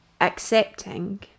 accepting